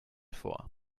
vor